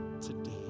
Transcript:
today